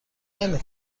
نمی